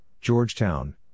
Georgetown